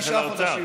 של האוצר.